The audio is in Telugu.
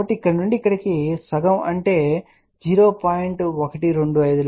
కాబట్టి ఇక్కడ నుండి ఇక్కడకు సగం అంటే 0